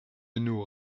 nous